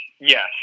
yes